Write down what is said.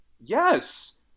Yes